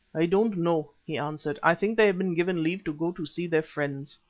i don't know, he answered i think they have been given leave to go to see their friends.